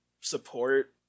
support